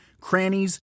crannies